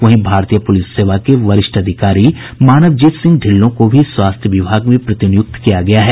वहीं भारतीय पुलिस सेवा के वरिष्ठ अधिकारी मानवजीत सिंह ढ़िल्लो की भी स्वास्थ्य विभाग में प्रतिनियुक्ति की गयी है